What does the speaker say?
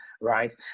right